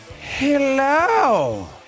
Hello